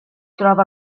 troba